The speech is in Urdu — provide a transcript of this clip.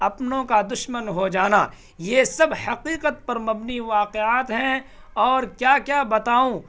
اپنوں کا دشمن ہو جانا یہ سب حقیقت پر مبنی واقعات ہیں اور کیا کیا بتاؤں